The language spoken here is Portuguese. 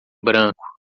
branco